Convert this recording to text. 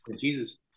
Jesus